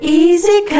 easy